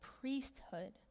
priesthood